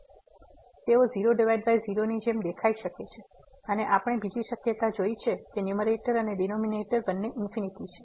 તેથી તેઓ 00 ની જેમ દેખાઈ શકે છે અને આપણે બીજી શક્યતા જોઇ છે કે ન્યુમેરેટર અને ડીનોમીનેટર બંને છે